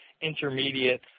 intermediate